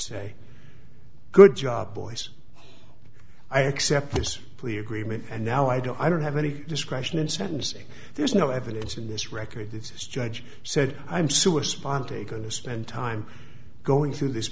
say good job boys i accept this plea agreement and now i don't i don't have any discretion in sentencing there's no evidence in this record this judge said i'm sue a sponte going to spend time going th